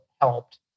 helped